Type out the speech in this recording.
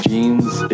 Jeans